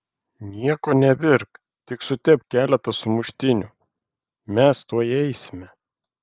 nieko nevirk tik sutepk keletą sumuštinių mes tuoj eisime